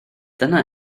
dyna